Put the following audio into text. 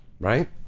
Right